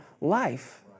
life